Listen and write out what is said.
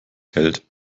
geld